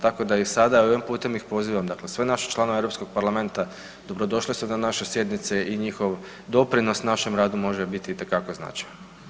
Tako da ih sada ovih ih putem pozivam, dakle sve naše članove Europskog parlamenta dobrodošli su na naše sjednice i njihov doprinos našem radu može biti itekako značajan.